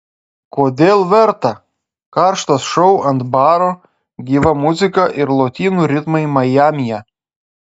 kodėl verta karštas šou ant baro gyva muzika ir lotynų ritmai majamyje